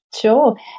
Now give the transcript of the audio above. sure